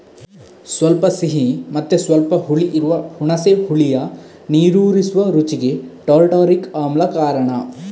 ಸ್ವಲ್ಪ ಸಿಹಿ ಮತ್ತೆ ಸ್ವಲ್ಪ ಹುಳಿ ಇರುವ ಹುಣಸೆ ಹುಳಿಯ ನೀರೂರಿಸುವ ರುಚಿಗೆ ಟಾರ್ಟಾರಿಕ್ ಆಮ್ಲ ಕಾರಣ